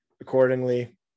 accordingly